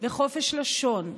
וחופש לשון,